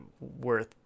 worth